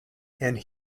and